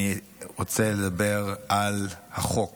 אני רוצה לדבר על החוק